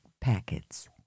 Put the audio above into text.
packets